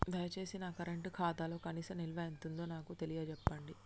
దయచేసి నా కరెంట్ ఖాతాలో కనీస నిల్వ ఎంతుందో నాకు తెలియచెప్పండి